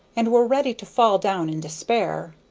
and were ready to fall down in despair.